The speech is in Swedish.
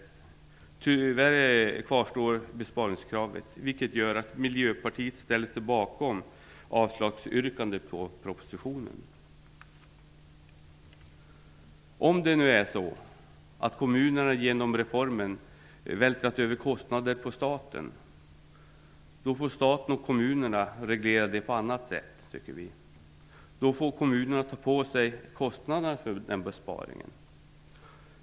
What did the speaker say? Tyvärr kvarstår besparingskravet, vilket gör att Miljöpartiet ställer sig bakom yrkandet om avslag på propositionen. Om det nu är så att kommunerna genom reformen vältrar över kostnader på staten tycker vi att staten och kommunerna får reglera det på annat sätt. Då får kommunerna ta på sig kostnaderna för besparingen.